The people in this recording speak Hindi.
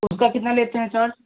तो उसका कितना लेते हैं चार्ज